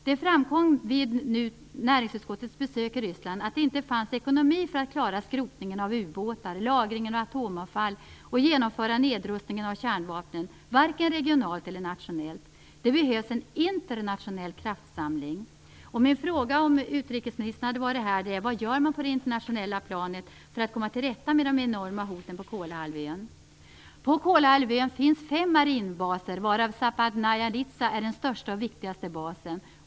Det framkom vid näringsutskottets besök i Ryssland att det, varken regionalt eller nationellt, fanns ekonomiska medel för att klara skrotningen av ubåtar, lagringen av atomavfall och nedrustningen av kärnvapnen. Det behövs en internationell kraftsamling. Om utrikesministern hade varit här hade jag velat fråga honom vad man gör på det internationella planet för att komma till rätta med de enorma hoten på Kolahalvön. På Kolahalvön finns fem marinbaser, varav Zapadnaja Litsa är den största och viktigaste.